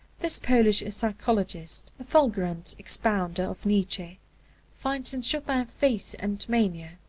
this polish psychologist a fulgurant expounder of nietzsche finds in chopin faith and mania,